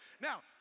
Now